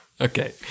Okay